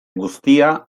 guztia